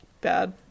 bad